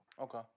Okay